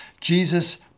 Jesus